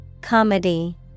Comedy